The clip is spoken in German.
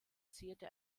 zierte